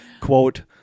quote